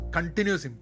Continuous